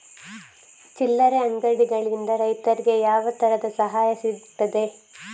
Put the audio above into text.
ಚಿಲ್ಲರೆ ಅಂಗಡಿಗಳಿಂದ ರೈತರಿಗೆ ಯಾವ ತರದ ಸಹಾಯ ಸಿಗ್ತದೆ?